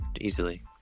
easily